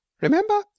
Remember